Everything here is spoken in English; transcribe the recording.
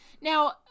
Now